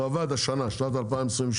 הוא עבד השנה בשנת 2023,